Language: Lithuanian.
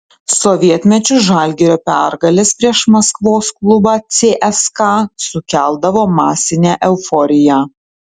sovietmečiu žalgirio pergalės prieš maskvos klubą cska sukeldavo masinę euforiją